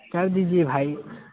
کر دیجیے بھائی